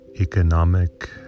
Economic